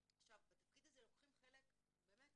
בתפקיד הזה לוקחים חלק באמת,